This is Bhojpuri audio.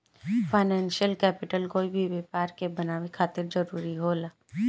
फाइनेंशियल कैपिटल कोई भी व्यापार के बनावे खातिर जरूरी होला